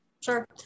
sure